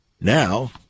Now